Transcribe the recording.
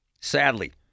Sadly